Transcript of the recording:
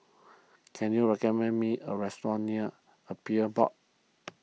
can you recommend me a restaurant near Appeals Board